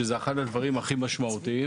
שזה אחד מהדברים הכי משמעותיים.